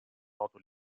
noto